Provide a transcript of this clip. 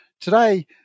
today